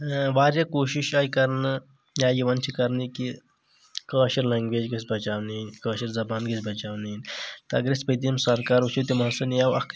واریاہ کوٗشِش آیہِ کرنہٕ یا یِوان چھ کرنہٕ کہ کأشٔر لینگویج گژھہِ بچاونہٕ یِنۍ کأشٔر زبان گژھہِ بچاونہٕ یِنۍ تہٕ اگر أسۍ پٔتِم سرکار وٕچھو تِمو ہسا نِیاو اکھ